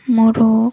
ମୋର